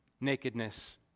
nakedness